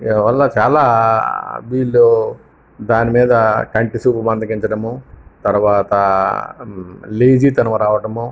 వీళ్ళ వల్ల చాలా వీళ్ళు దానిమీద కంటి చూపు మందగించడము తర్వాత లేజితనము రావడము